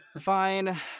fine